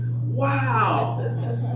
Wow